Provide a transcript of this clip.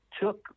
took